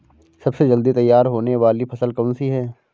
सबसे जल्दी तैयार होने वाली फसल कौन सी है?